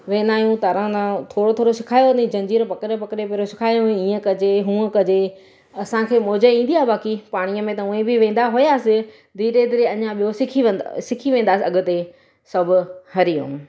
वेंदा आहियूं तरणु थोरो थोरो सेखारियो जंजीर पकिड़े पकिड़े पहिरियों सेखारियो ई हीअं कजे हूअं कजे असांखे मौज ईंदी आहे बाक़ी पाणीअ में त ऊंअईं बि वेंदा हुयासीं धीरे धीरे अञा ॿियो सिखी वेंदा सिखी वेंदासीं अॻिते सभु हरिओम